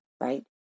right